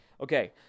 Okay